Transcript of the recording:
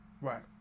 Right